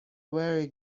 very